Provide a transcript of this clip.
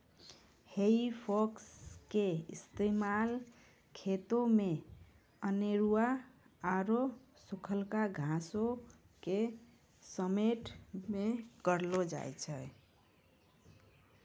हेइ फोक के इस्तेमाल खेतो मे अनेरुआ आरु सुखलका घासो के समेटै मे करलो जाय छै